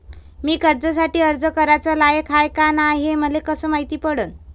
मी कर्जासाठी अर्ज कराचा लायक हाय का नाय हे मले कसं मायती पडन?